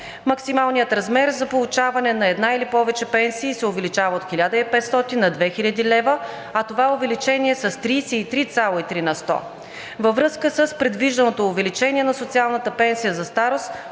Максималният размер за получаване на една или повече пенсии се увеличава от 1500 на 2000 лв., а това увеличение е с 33,3 на сто. Във връзка с предвижданото увеличение на социалната пенсия за старост